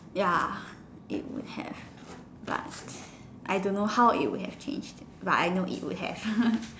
ya it would have but I don't know how it would have changed it but I know it would have